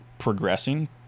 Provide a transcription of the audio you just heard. progressing